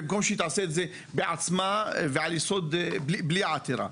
במקום שהיא תעשה את זה בעצמה ובלי עתירה?